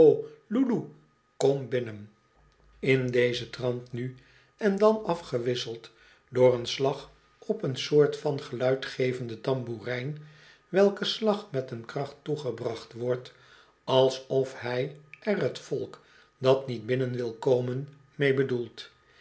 in dezen trant nu en dan afgewisseld door een slag op een soort van geluidgevende tamboerijn welke slag met een kracht toegebracht wordt alsof hij er t volk dat niet binnen wil komen mee